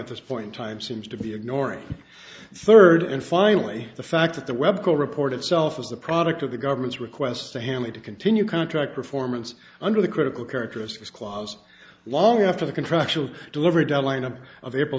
at this point time seems to be ignoring third and finally the fact that the web co report itself is a product of the government's request to hamley to continue contract performance under the critical characteristics clause long after the contractual delivery deadline of of april